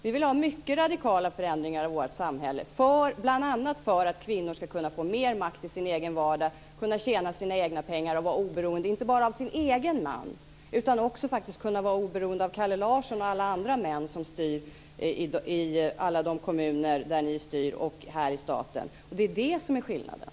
Vi vill ha mycket radikala förändringar i vårt samhälle, bl.a. för att kvinnor ska kunna få mer makt i sin egen vardag, för att de ska kunna tjäna sina egna pengar och för att de ska kunna vara oberoende inte bara av sin egen man utan faktiskt också av Kalle Larsson och alla andra män som styr i de kommuner där ni styr och här i staten. Det är det som är skillnaden.